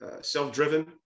self-driven